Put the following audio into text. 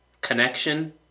connection